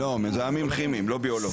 לא, מזהמים כימיים, לא ביולוגיים.